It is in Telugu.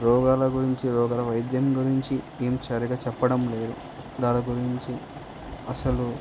రోగాల గురించి రోగాల వైద్యం గురించి మేము సరిగ్గా చెప్పడం లేదు దాని గురించి అసలు